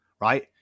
right